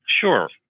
Sure